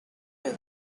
bell